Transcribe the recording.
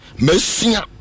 Messiah